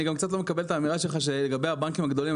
אני גם קצת לא מקבל את האמירה שלך לגבי הבנקים הגדולים,